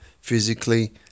physically